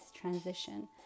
transition